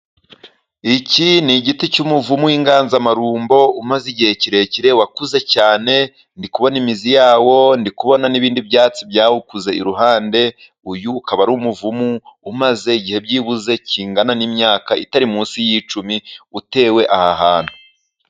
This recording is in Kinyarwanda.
Iki ni igiti cy'umuvumu w'inganzamarumbo， umaze igihe kirekire wakuze cyane， ndi kubona imizi yawo， ndi kubona n'ibindi byatsi byawukuze iruhande. Uyu ukaba ari umuvumu umaze igihe， byibuze kingana n'imyaka itari munsi y'icumi，utewe aha hantu.